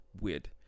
weird